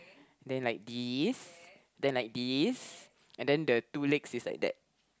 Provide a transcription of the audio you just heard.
then like this then like this and then the two legs is like that